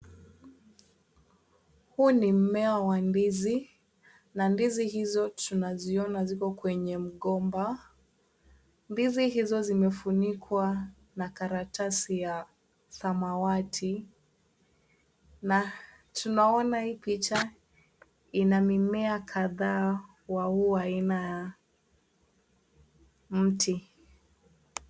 Huu ni mmea wa ndizi na ndizi hizo tunaziona ziko kwenye mgomba. Ndizi hizo zimefunikwa na karatasi ya samawati na tunaona hii picha ina mimea kadhaa wa huu aina ya mti.